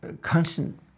constant